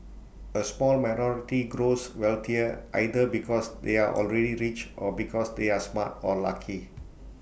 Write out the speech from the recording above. A small minority grows wealthier either because they are already rich or because they are smart or lucky